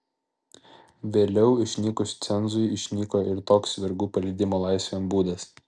vėliau išnykus cenzui išnyko ir toks vergų paleidimo laisvėn būdas